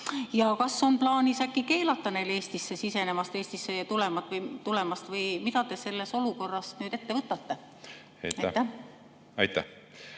Kas on plaanis äkki keelata neil Eestisse sisenemist, Eestisse tulemist? Või mida te selles olukorras nüüd ette võtate? Aitäh!